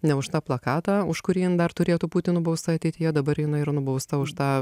ne už tą plakatą už kurį jin dar turėtų būti nubausta ateityje dabar jinai yra nubausta už tą